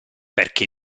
perché